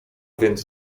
więc